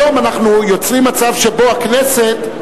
היום אנחנו יוצרים מצב שבו הכנסת,